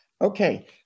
Okay